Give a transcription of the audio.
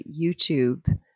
YouTube